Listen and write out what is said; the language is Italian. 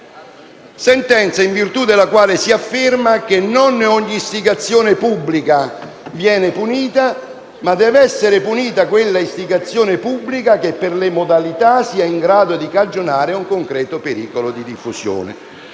del 1975, in virtù della quale si afferma che non ogni istigazione pubblica viene punita, ma deve essere punita quella istigazione pubblica che, per le sue modalità, sia in grado di cagionare un concreto pericolo di diffusione.